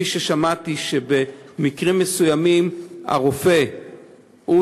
כפי ששמעתי שבמקרים מסוימים הרופא הוא